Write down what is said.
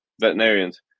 veterinarians